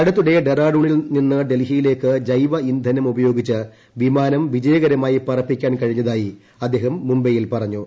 അടുത്തിടെ ഡറാഡൂണിൽ നിന്ന് ഡൽഹിയിലേയ്ക്ക് ജൈവ ഇന്ധനം ഉപയോഗിച്ച് വിമാനം വിജയകരമായി പറപ്പിക്കാൻ കഴിഞ്ഞതായി അദ്ദേഹം മുംബൈയിൽ പറഞ്ഞു